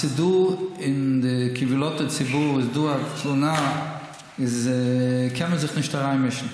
הסידור אם קבילות הציבור ידעו על תלונה זה (אומר מילים ביידיש.)